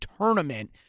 tournament